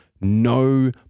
no